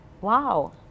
wow